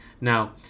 Now